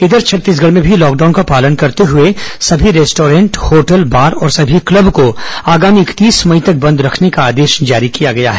इधर छत्तीसगढ़ में भी लॉकडाउन का पालन करते हुए सभी रेस्टोरेंट होटल बार और सभी क्लब को आगामी इकतीस मई तक बंद रखने का आदेश जारी किया गया है